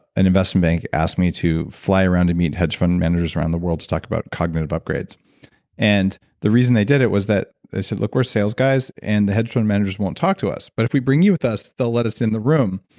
an investment bank asked me to fly around and meet hedge fund managers around the world to talk about cognitive upgrades and the reason they did it was that they said, look, we're sales guys and the hedge fund managers won't talk to us, but if we bring you with us they'll let us in the room.